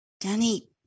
Danny